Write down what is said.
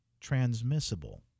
transmissible